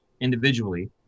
individually